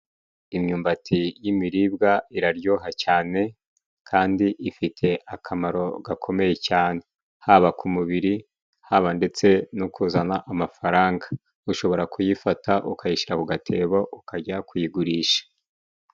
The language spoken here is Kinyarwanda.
Imyumbati y'imiribwa iraryoha cyane kandi ifite akamaro gakomeye cyane, haba ku mubiri haba ndetse no kuzana amafaranga, ushobora kuyifata ukayishyira ku gatebo ukajya kuyigurisha.